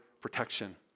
protection